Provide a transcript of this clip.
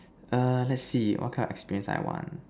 err let's see what kind of experience I want